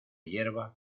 yerba